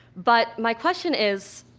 but my question is,